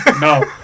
No